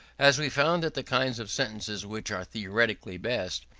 as we found that the kinds of sentences which are theoretically best,